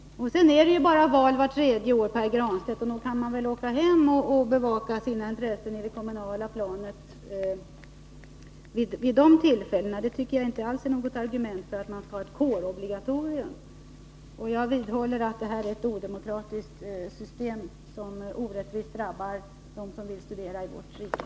Dessutom är det val bara vart tredje år, Pär Granstedt, och nog kan man väl åka hem och bevaka sina intressen på det kommunala planet vid de tillfällena — detta tycker jag inte alls är något argument för att vi skall ha ett kårobligatorium. Jag vidhåller att det handlar om ett odemokratiskt system som orättvist drabbar dem som vill studera i vårt rike.